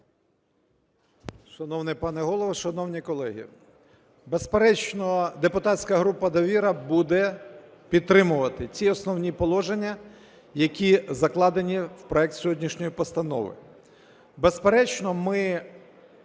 депутатська група "Довіра" буде підтримувати ці основні положення, які закладені в проект сьогоднішньої постанови. Безперечно, ми